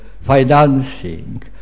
financing